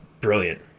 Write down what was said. brilliant